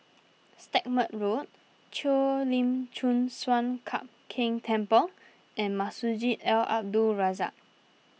Stagmont Road Cheo Lim Chin Sun Lian Hup Keng Temple and Masjid Al Abdul Razak